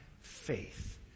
faith